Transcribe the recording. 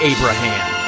Abraham